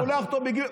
ושולח אותו בגיל,